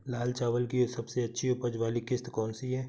लाल चावल की सबसे अच्छी उपज वाली किश्त कौन सी है?